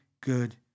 good